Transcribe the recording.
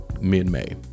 mid-May